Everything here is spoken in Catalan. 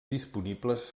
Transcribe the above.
disponibles